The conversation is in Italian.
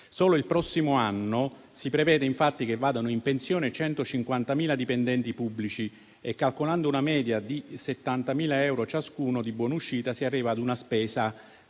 Solo il prossimo anno si prevede infatti che vadano in pensione 150.000 dipendenti pubblici, calcolando una media di 70.000 euro ciascuno di buonuscita si arriva ad una spesa